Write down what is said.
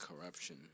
corruption